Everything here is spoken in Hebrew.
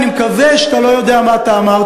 אני מקווה שאתה לא יודע מה אמרת,